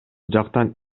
жактан